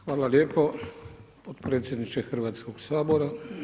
Hvala lijepo potpredsjedniče Hrvatskog sabora.